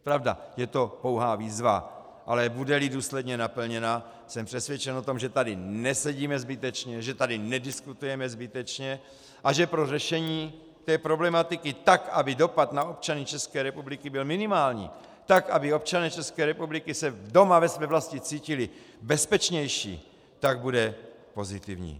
Pravda, je to pouhá výzva, ale budeli důsledně naplněna, jsem přesvědčen o tom, že tady nesedíme zbytečně, že tady nediskutujeme zbytečně a že pro řešení té problematiky tak, aby dopad na občany České republiky byl minimální, tak aby občané České republiky se doma ve své vlasti cítili bezpečnější, bude pozitivní.